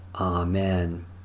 Amen